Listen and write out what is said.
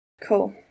Cool